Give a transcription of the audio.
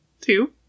two